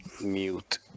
mute